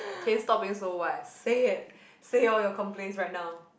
can you stop being so what say it say all your complaints right now